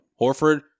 Horford